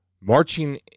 Marching